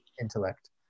intellect